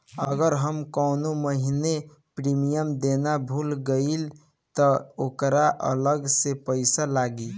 अगर हम कौने महीने प्रीमियम देना भूल जाई त ओकर अलग से पईसा लागी?